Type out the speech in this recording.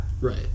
Right